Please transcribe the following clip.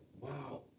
wow